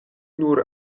nur